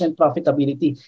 profitability